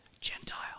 Gentile